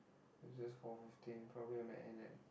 its just four fifteen we probably gonna end at